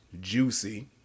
juicy